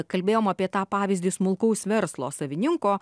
kalbėjom apie tą pavyzdį smulkaus verslo savininko